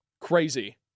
crazy